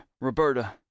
Roberta